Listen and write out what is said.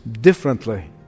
differently